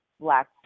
black